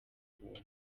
buntu